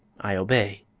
i obey,